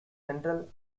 central